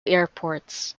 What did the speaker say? airports